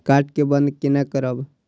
Card के बन्द केना करब?